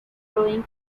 growing